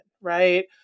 right